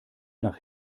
nach